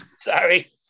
sorry